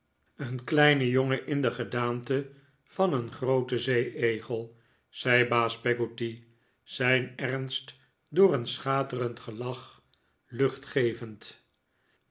een kleinen jongen in de gedaante van een grooten zeeegel zei baas peggotty zijn ernst door een schaterend gelach lucht gevend